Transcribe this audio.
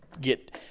get